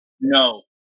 No